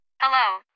Hello